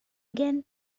again